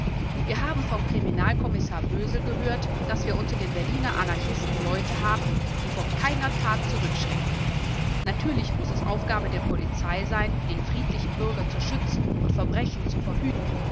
wir haben vom kriminalkommissar bösel gehört daß wir unter den berliner anarchisten leute haben die vor keiner tat zurückschrecken natürlich muß es aufgabe der polizei sein den friedlichen bürger zu schützen und verbrechen zu verhüten